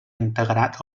integrat